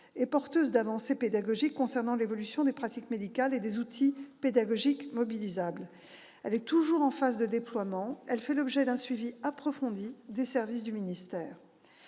est porteuse d'avancées pédagogiques concernant l'évolution des pratiques médicales et des outils pédagogiques mobilisables. Elle est toujours en phase de déploiement et fait l'objet d'un suivi approfondi des services du ministère.